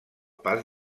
pas